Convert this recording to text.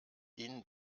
ihnen